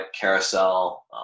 carousel